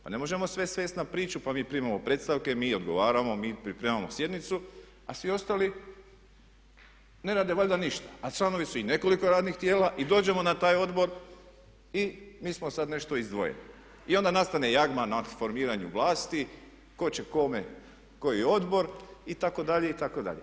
Pa ne možemo sve svesti na priču, pa mi primamo predstavke, mi odgovaramo, mi pripremamo sjednicu, a svi ostali ne rade valjda ništa a članovi su nekoliko radnih tijela i dođemo na taj odbor i mi smo sad nešto izdvojeni i onda nastane jagma na formiranju vlasti tko će kome koji odbor itd., itd.